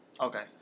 Okay